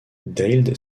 deild